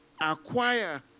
acquire